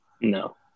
No